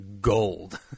gold